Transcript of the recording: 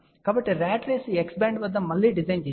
కాబట్టి ర్యాట్ రేసును X band వద్ద మళ్లీ డిజైన్ చేశారు